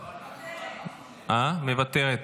מוותרת.